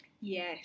Yes